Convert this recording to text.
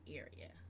area